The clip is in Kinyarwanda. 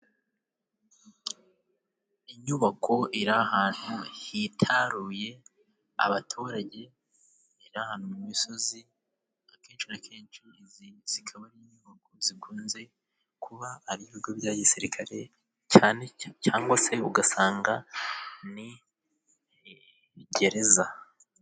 Inyubako iri ahantu hitaruye abaturage, iri ahantu mu misozi, akenshi na kenshi izi zikaba ari inyubako zikunze kuba ari ibigo bya gisirikare cyane, cyangwa se ugasanga ni gereza.